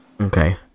Okay